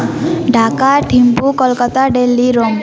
Dhaka Thimphu Calcutta Delhi Rome